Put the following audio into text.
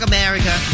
America